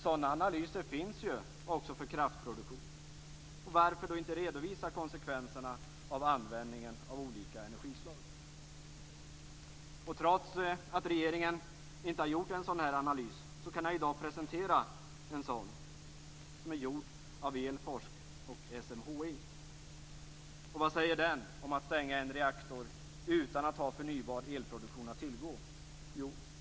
Sådana analyser finns också för kraftproduktion. Varför inte redovisa konsekvenserna av användningen av olika energislag? Trots att regeringen inte har gjort en sådan analys kan jag i dag presentera en sådan som är gjort av Elforsk och SMHI. Vad säger den om att stänga en reaktor utan att ha förnybar elproduktion att tillgå?